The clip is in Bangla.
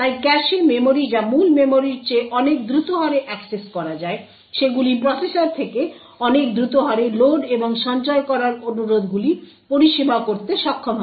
তাই ক্যাশে মেমরি যা মূল মেমরির চেয়ে অনেক দ্রুত হারে অ্যাক্সেস করা যায় সেগুলি প্রসেসর থেকে অনেক দ্রুত হারে লোড এবং সঞ্চয় করার অনুরোধগুলি পরিষেবা করতে সক্ষম হবে